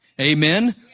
Amen